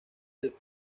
del